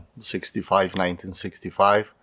1965